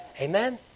Amen